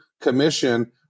Commission